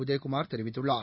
உதயகுமார் தெரிவித்துள்ளார்